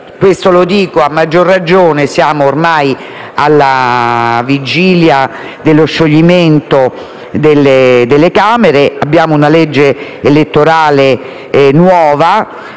Questo lo dico a maggior ragione perché siamo ormai alla vigilia dello scioglimento delle Camere e abbiamo una legge elettorale nuova